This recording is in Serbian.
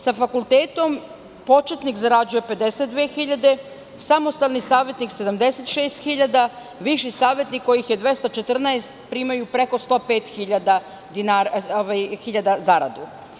Sa fakultetom početnik zarađuje 52 hiljade, samostalni savetnik 76 hiljada, viši savetnik kojih je 214, primaju preko 105 hiljada dinara primaju zaradu.